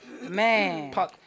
man